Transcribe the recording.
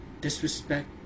disrespect